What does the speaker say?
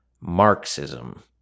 Marxism